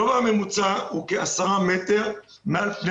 הגובה הממוצע הוא כ-10 מטרים מעל פני